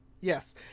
Yes